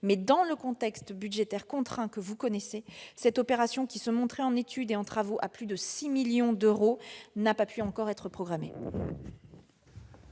dans le contexte budgétaire contraint que vous connaissez, cette opération, qui se monterait en études et en travaux à plus de 6 millions d'euros, n'a pas encore pu être programmée.